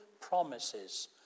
promises